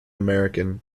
american